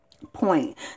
point